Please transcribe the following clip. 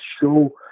show